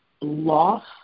loss